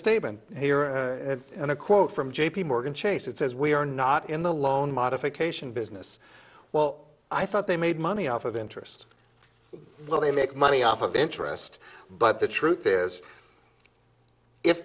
statement here and a quote from j p morgan chase it says we are not in the loan modification business well i thought they made money off of interest they make money off of interest but the truth is if